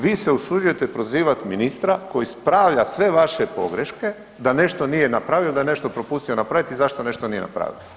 Vi se usuđujete prozivati ministra koji ispravlja sve vaše pogreške da nešto nije napravio, da je nešto propustio napravit i zašto nešto nije napravio.